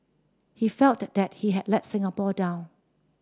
he felt that he had let Singapore down